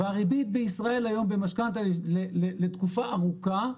והריבית בישראל היום במשכנתא לתקופה ארוכה,